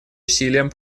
усилиям